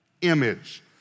image